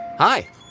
Hi